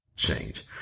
change